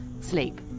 sleep